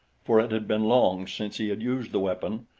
for it had been long since he had used the weapon,